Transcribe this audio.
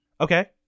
Okay